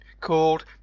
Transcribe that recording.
called